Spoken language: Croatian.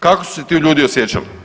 Kako su se ti ljudi osjećali?